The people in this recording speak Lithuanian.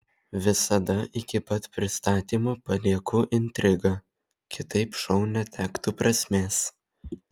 visada iki pat pristatymo palieku intrigą kitaip šou netektų prasmės